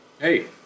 Hey